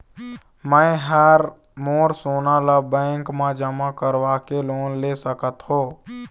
मैं हर मोर सोना ला बैंक म जमा करवाके लोन ले सकत हो?